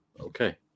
Okay